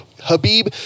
habib